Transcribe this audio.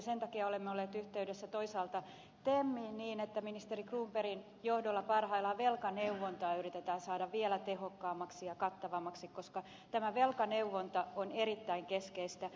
sen takia olemme olleet yhteydessä toisaalta temiin niin että ministeri cronbergin johdolla parhaillaan velkaneuvontaa yritetään saada vielä tehokkaammaksi ja kattavammaksi koska velkaneuvonta on erittäin keskeistä